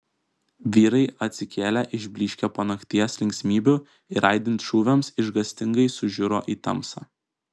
vyrai atsikėlė išblyškę po nakties linksmybių ir aidint šūviams išgąstingai sužiuro į tamsą